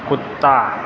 कुत्ता